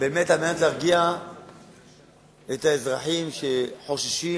באמת על מנת להרגיע את האזרחים שחוששים,